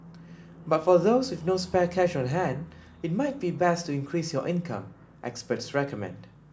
but for those with no spare cash on hand it might be best to increase your income experts recommend